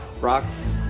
Rocks